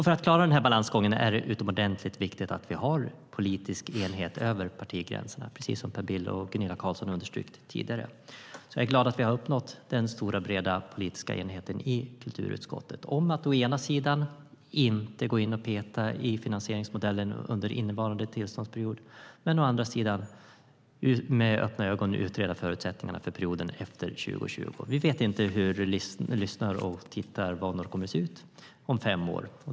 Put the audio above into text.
För att klara denna balansgång är det utomordentligt viktigt att vi har politisk enighet över partigränserna, precis som Per Bill och Gunilla Carlsson underströk tidigare. Jag är glad över att vi har uppnått denna stora och breda enighet i kulturutskottet om att å ena sidan inte gå in och peta i finansieringsmodellen under innevarande tillståndsperiod men å andra sidan med öppna ögon utreda förutsättningarna för perioden efter 2020. Vi vet inte hur lyssnar och tittarvanor kommer att se ut om fem år.